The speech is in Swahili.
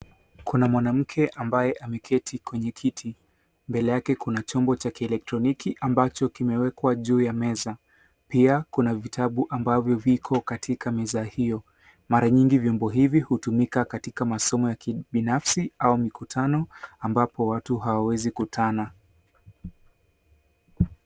Kuna mwanamke ambaye ameketi kwenye kiti. Mbele yake kuna chombo cha kielektroniki ambacho kimewekwa juu ya meza. Pia kuna vitabu ambavyo viko katika meza hiyo. Mara nyingi vyombo hivi hutumika katika masomo ya kibinafsi au mikutano ambapo watu hawawezi kutana.